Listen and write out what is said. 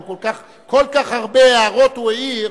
כל כך הרבה הערות הוא העיר,